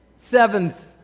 Seventh